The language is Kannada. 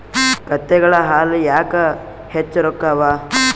ಕತ್ತೆಗಳ ಹಾಲ ಯಾಕ ಹೆಚ್ಚ ರೊಕ್ಕ ಅವಾ?